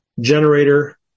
generator